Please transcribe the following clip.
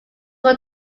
were